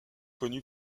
connu